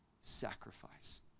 sacrifice